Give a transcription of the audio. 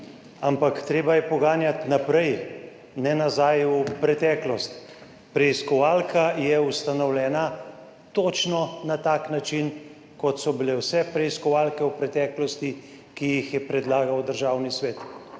ampak treba je poganjati naprej, ne nazaj v preteklost. Preiskovalka je ustanovljena točno na tak način, kot so bile vse preiskovalke v preteklosti, ki jih je predlagal Državni svet.